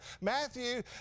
Matthew